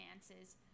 finances